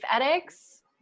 ethics